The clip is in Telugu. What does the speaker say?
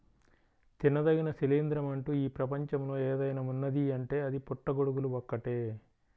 తినదగిన శిలీంద్రం అంటూ ఈ ప్రపంచంలో ఏదైనా ఉన్నదీ అంటే అది పుట్టగొడుగులు ఒక్కటే